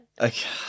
Okay